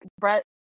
Brett